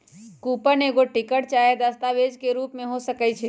coupon एगो ticket चाहे दस्तावेज के रूप में हो सकइ छै